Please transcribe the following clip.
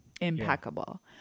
impeccable